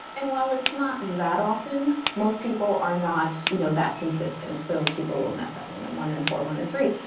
and while it's not that often, most people are not you know that consistent, so people will mess up and one and four, and one and three.